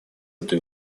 этой